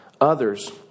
others